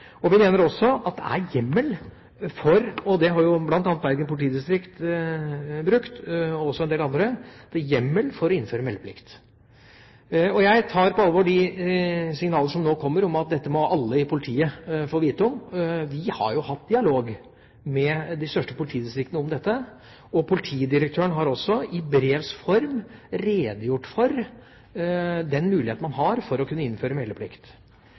Vi mener også at det er hjemmel – det har bl.a. Bergen politidistrikt brukt, og også en del andre – for å innføre meldeplikt. Jeg tar på alvor de signaler som nå kommer, om at dette må alle i politiet få vite om. Vi har jo hatt en dialog med de største politidistriktene om dette, og politidirektøren har også i brevs form redegjort for den muligheten man har til å kunne innføre meldeplikt.